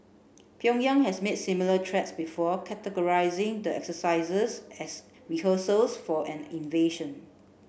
Pyongyang has made similar threats before characterising the exercises as rehearsals for an invasion